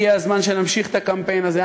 הגיע הזמן שנמשיך את הקמפיין הזה.